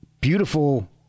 beautiful